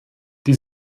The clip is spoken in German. die